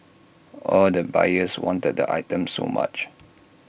all the buyers wanted the items so much